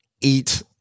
eat